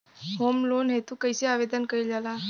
Home loan हेतु कइसे आवेदन कइल जाला?